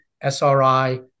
SRI